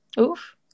oof